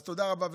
אז תודה רבה,